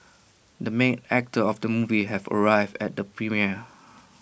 the main actor of the movie has arrived at the premiere